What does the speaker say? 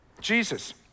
Jesus